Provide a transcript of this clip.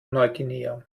neuguinea